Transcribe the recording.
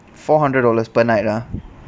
four hundred dollars per night ah